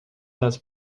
das